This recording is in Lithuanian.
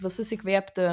visus įkvėpti